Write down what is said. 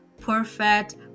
perfect